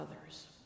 others